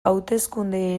hauteskunde